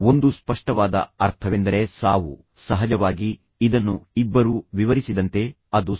ಒಂದುಃ ಒಂದು ಸ್ಪಷ್ಟವಾದ ಅರ್ಥವೆಂದರೆ ಸಾವು ಸಹಜವಾಗಿ ಆದ್ದರಿಂದ ಇದನ್ನು ಇಬ್ಬರೂ ವಿವರಿಸಿದಂತೆ ಅದು ಸಾವು